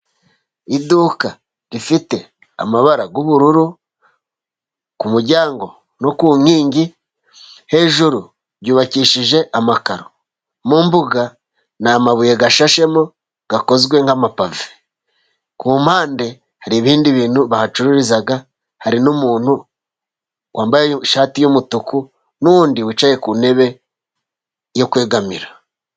Iduka rifite amabara y'ubururu, ku muryango no ku nkingi, hejuru byubakishije amakaro, mu mbuga ni amabuye ashashemo, akozwe nk'amapave. ku mpande hari ibindi bintu bahacururiza, hari n'umuntu wambaye ishati y'umutuku, n'undi wicaye ku ntebe yo kwegamira.